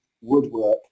woodwork